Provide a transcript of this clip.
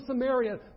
Samaria